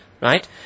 Right